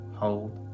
hold